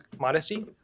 modesty